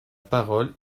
parole